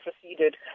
proceeded